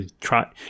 try